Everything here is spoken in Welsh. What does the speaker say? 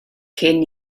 cyn